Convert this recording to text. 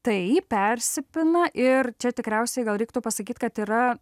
tai persipina ir čia tikriausiai gal reiktų pasakyt kad yra